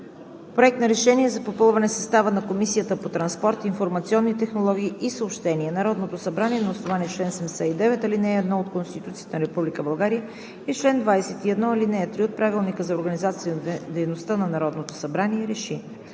„Проект! РЕШЕНИЕ за попълване състава на Комисията по транспорт, информационни технологии и съобщения Народното събрание на основание чл. 79, ал. 1 от Конституцията на Република България и чл. 21, ал. 3 от Правилника за организацията и дейността на Народното събрание РЕШИ: